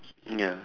ya